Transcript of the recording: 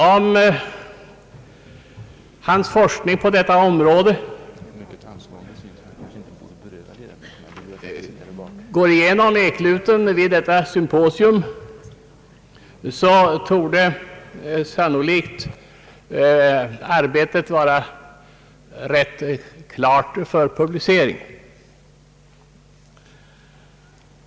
Om hans forskning på området går igenom ekluten vid detta symposium torde arbetet vara tämligen klart för publicering.